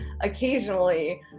occasionally